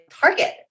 Target